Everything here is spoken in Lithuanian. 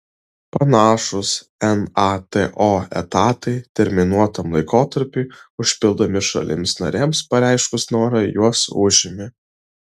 panašūs nato etatai terminuotam laikotarpiui užpildomi šalims narėms pareiškus norą juos užimi